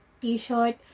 t-shirt